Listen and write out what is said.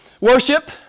worship